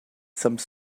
some